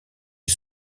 est